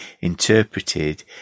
interpreted